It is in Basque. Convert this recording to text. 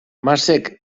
masek